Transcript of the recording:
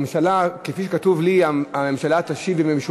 בנושא: דוח